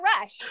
rush